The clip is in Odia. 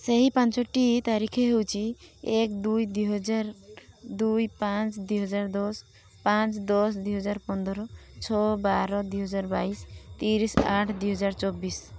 ସେହି ପାଞ୍ଚଟି ତାରିଖ ହେଉଛି ଏକ ଦୁଇ ଦୁଇ ହଜାର ଦୁଇ ପାଞ୍ଚ ଦୁଇ ହଜାର ଦଶ ପାଞ୍ଚ ଦଶ ଦୁଇ ହଜାର ପନ୍ଦର ଛଅ ବାର ଦୁଇ ହଜାର ବାଇଶି ତିରିଶ ଆଠ ଦୁଇ ହଜାର ଚବିଶ